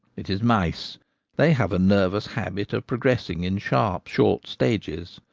it is mice they have a nervous habit of pro gressing in sharp, short stages.